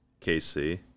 KC